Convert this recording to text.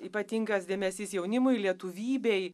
ypatingas dėmesys jaunimui lietuvybei